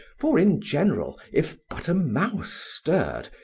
for in general, if but a mouse stirred,